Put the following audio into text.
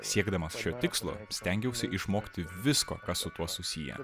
siekdamas šio tikslo stengiausi išmokti visko kas su tuo susiję